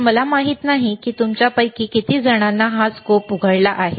तर मला माहित नाही की तुमच्यापैकी किती जणांनी एक स्कोप उघडला आहे